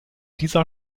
dieser